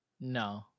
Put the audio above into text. no